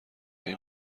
این